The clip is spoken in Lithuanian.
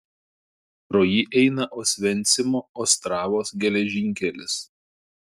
pro jį eina osvencimo ostravos geležinkelis